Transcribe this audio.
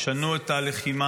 תשנו את הלחימה,